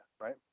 right